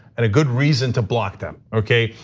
and a good reason to block them, okay?